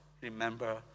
remember